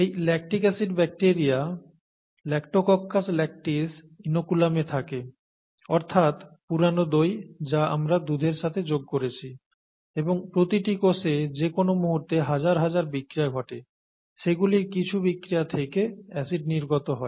এই lactic acid bacteria Lactococcus lactis ইনোকুলামে থাকে অর্থাৎ পুরানো দই যা আমরা দুধের সাথে যোগ করেছি এবং প্রতিটি কোষে যে কোন মুহূর্তে হাজার হাজার বিক্রিয়া ঘটে সেগুলির কিছু বিক্রিয়া থেকে অ্যাসিড নির্গত হয়